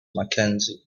mackenzie